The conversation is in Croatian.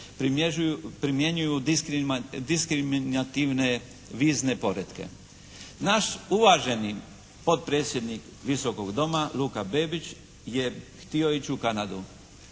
primjenjuju diskriminativne vizne poretke. Naš uvaženi potpredsjednik Visokog doma, Luka Bebić, je htio ići u Kanadu.